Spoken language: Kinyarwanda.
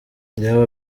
byaba